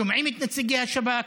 שומעים את נציגי השב"כ,